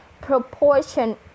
proportion